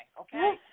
okay